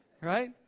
right